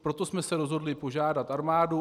Proto jsme se rozhodli požádat armádu.